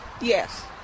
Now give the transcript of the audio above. yes